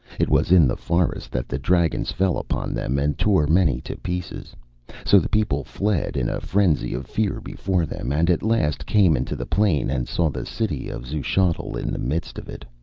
it was in the forest that the dragons fell upon them, and tore many to pieces so the people fled in a frenzy of fear before them, and at last came into the plain and saw the city of xuchotl in the midst of it.